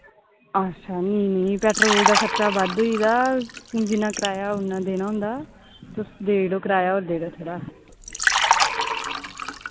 अच्छा नी नी पैट्रोल दा खर्चा बद्ध होई गेदा हू'न जिन्ना कराया उ'न्ना देना होंदा तुस देई ओड़ो कराया और देई ओड़ो थोह्ड़ा